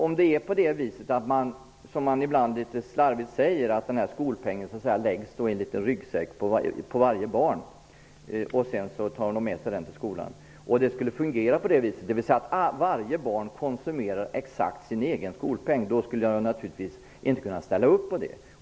Om det skulle vara så som man ibland litet slarvigt säger, dvs. att skolpengen läggs i en liten ryggsäck hos varje barn, vilken de tar med sig till skolan, och om det skulle vara så att varje barn konsumerar exakt sin egen skolpeng, skulle jag naturligtvis inte kunna ställa upp på det.